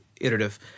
iterative